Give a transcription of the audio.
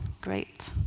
great